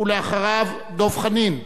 אחריו, דב חנין,